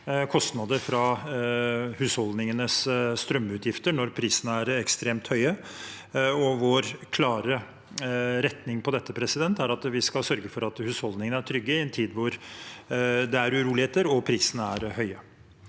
husholdningenes strømutgifter når prisene er ekstremt høye. Vår klare retning for dette er at vi skal sørge for at husholdningene er trygge i en tid da det er uroligheter og prisene er høye.